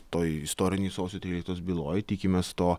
toj istorinėj sausio tryliktos byloj tikimės to